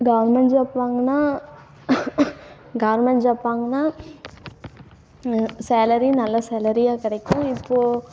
government job வாங்கினா government job வாங்கினா salary நல்ல சேலரியாக கிடைக்கும் இப்போது